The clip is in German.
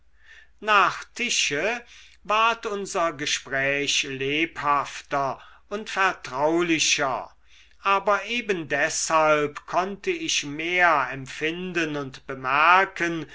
nach tische ward unser gespräch lebhafter und vertraulicher aber ebendeshalb konnte ich mehr empfinden und bemerken